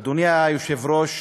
אדוני היושב-ראש,